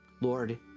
Lord